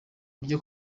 iryo